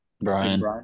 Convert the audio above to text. Brian